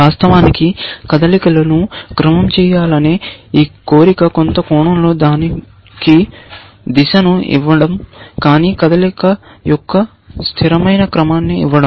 వాస్తవానికి కదలికలను క్రమం చేయాలనే ఈ కోరిక కొంత కోణంలో దానికి దిశను ఇవ్వడం కానీ కదలికల యొక్క స్థిరమైన క్రమాన్ని ఇవ్వడం